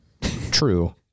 True